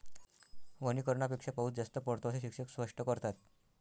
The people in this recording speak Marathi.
वनीकरणापेक्षा पाऊस जास्त पडतो, असे शिक्षक स्पष्ट करतात